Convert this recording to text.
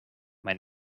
mein